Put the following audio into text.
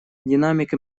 динамика